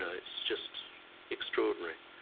it's just extraordinary.